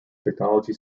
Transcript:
technology